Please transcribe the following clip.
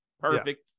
perfect